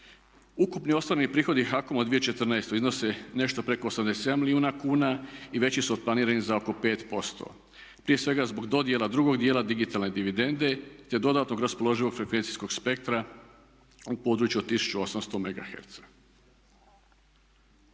Ukupni ostvareni prihodi HAKOM-a u 2014. iznose nešto preko 87 milijuna kuna i veći su od planiranih za oko 5%. Prije svega zbog dodjela drugog dijela digitalne dividende, te dodatnog raspoloživog frekvencijskog spektra u području od 1800 mega